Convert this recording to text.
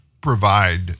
provide